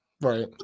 Right